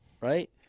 right